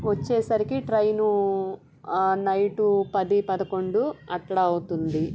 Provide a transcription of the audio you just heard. వచ్చేసరికి train night పది పదకొండు అట్లా అవుతుంది